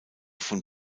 von